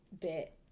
bit